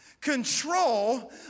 control